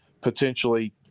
potentially